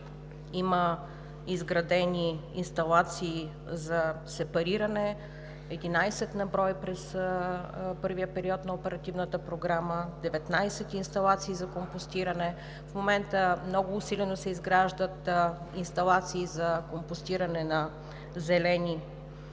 има изградени инсталации за сепариране – 11 на брой през първия период на Оперативната програма, 19 инсталации за компостиране, в момента много усилено се изграждат инсталации за компостиране на зелени и